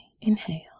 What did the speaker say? inhale